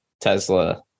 tesla